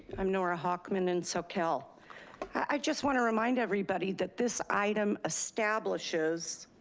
i'm nora hockman in soquel. i just want to remind everybody that this item establishes